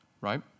right